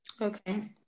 Okay